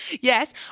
Yes